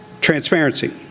Transparency